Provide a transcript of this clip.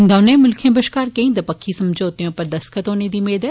दौनें मुल्खे बष्कार केंई दपक्खी समझौते उप्पर दस्तखत होने दी मेद ऐ